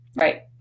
Right